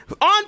On